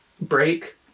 break